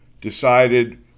decided